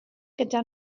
gyda